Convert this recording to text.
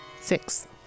Six